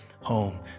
home